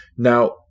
Now